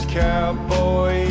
cowboy